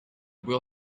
will